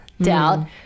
doubt